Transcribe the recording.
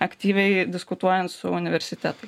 aktyviai diskutuojant su universitetais